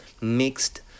mixed